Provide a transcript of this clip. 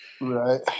right